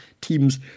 teams